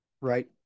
right